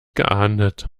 geahndet